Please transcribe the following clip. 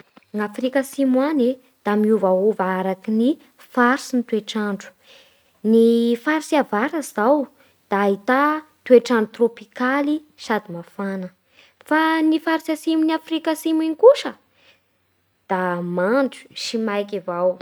Any Afrika Atsimo any e da miovaova araky ny faritsy ny toetr'andro. Ny faritsy avaratsy izao da ahità toetr'andro trôpikaly sady mafana. Fa ny faritsy atsimon'ny Afrika Atsimo iny kosa da mando sy maiky avao.